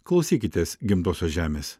klausykitės gimtosios žemės